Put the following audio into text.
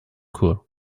cool